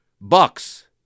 Bucks